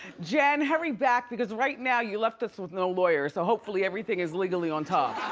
jenn, hurry back because right now, you left us with no lawyer, so hopefully everything is legally on top.